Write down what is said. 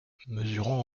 mesurant